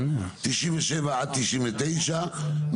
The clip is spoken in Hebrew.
97 עד 99,